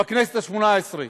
בכנסת השמונה-עשרה,